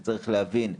וצריך להבין,